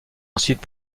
ensuite